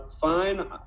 fine